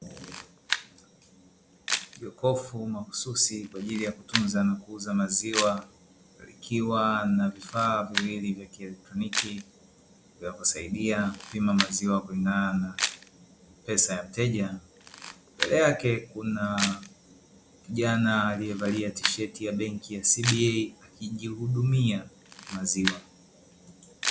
Jokofu mahususi kwa ajili ya kutunza na kuuza maziwa, likiwa na vifaa viwili vya kielektroniki vya kusaidia kupima maziwa kulingana na pesa ya mteja. Mbele yake kuna kijana aliyevalia tisheti ya benki CBA, akijihudumia maziwa.